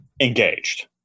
engaged